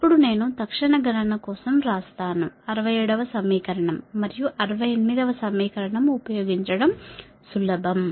ఇప్పుడు నేను తక్షణ గణన కోసం వ్రాసాను 67 వ సమీకరణం మరియు 68 వ సమీకరణం ఉపయోగించడం సులభం